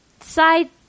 side